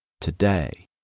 today